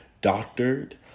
doctored